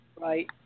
right